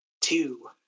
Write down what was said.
two